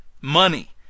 money